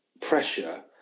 pressure